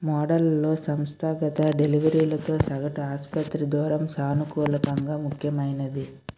model లో సంస్థాగత delivery లతో సగటు ఆసుపత్రి దూరం సానుకూలపంగా ముఖ్యమైనది